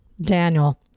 Daniel